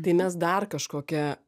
tai mes dar kažkokią